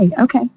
Okay